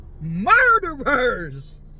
Murderers